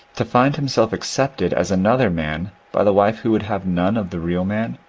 to find himself accepted as another man by the wife who would have none of the real man?